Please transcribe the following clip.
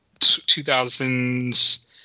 2000s